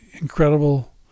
incredible